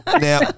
Now